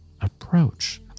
approach